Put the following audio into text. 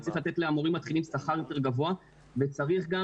צריך לתת למורים מתחילים שכר יותר גבוה וצריך גם